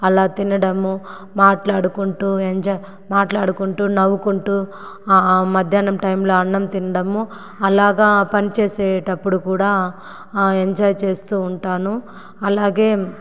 అలా తినడము మాట్లాడుకుంటు ఎంజాయ్ మాట్లాడుకుంటు నవ్వుకుంటు ఆ ఆ మధ్యాహ్నం టైంలో అన్నం తినడము అలాగా పనిచేసేటప్పుడు కూడా ఆ ఎంజాయ్ చేస్తు ఉంటాను అలాగే